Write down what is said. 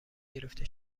گرفته